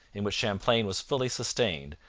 in which champlain was fully sustained,